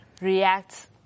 reacts